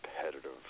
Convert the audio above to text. competitive